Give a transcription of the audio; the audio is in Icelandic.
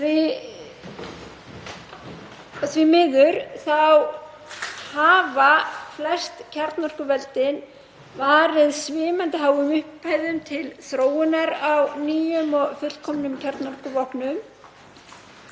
því miður hafa flest kjarnorkuveldin varið svimandi háum upphæðum til þróunar á nýjum og fullkomnum kjarnorkuvopnum